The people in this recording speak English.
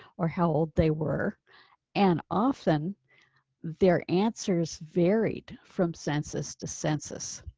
or how old they were and often their answers varied from census to census.